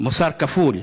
מוסר כפול.